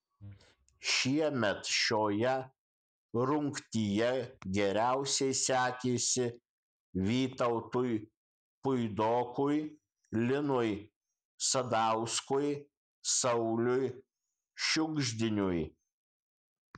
šiemet šioje rungtyje geriausiai sekėsi vytautui puidokui linui sadauskui sauliui šiugždiniui